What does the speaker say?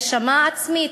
הגשמה עצמית,